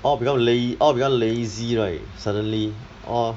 all become la~ all become lazy right suddenly all